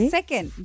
Second